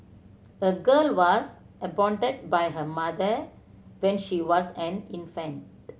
a girl was abandoned by her mother when she was an infant